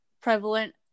prevalent